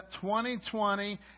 2020